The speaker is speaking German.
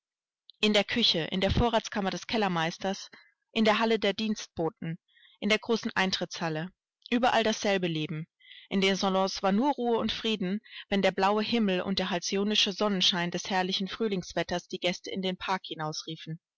in der küche in der vorratskammer des kellermeisters in der halle der dienstboten in der großen eintrittshalle überall dasselbe leben in den salons war nur ruhe und frieden wenn der blaue himmel und der halcyonische sonnenschein des herrlichen frühlingswetters die gäste in den park